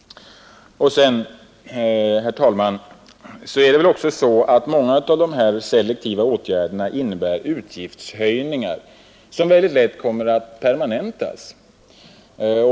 Många av de selektiva åtgärderna innebär utgiftshöjningar som mycket lätt permanentas.